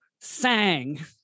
sang